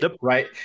right